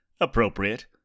appropriate